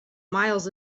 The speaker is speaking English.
miles